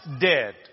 dead